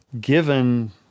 given